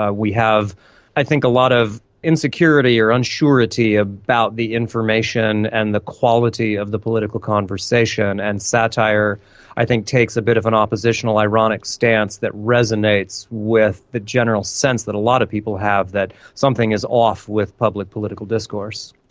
ah we have i think a lot of insecurity or unsurety about the information and the quality of the political conversation, and satire i think takes a bit of an oppositional ironic stance that resonates with the general sense that a lot of people have that something is off with public political discourse.